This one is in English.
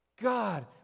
God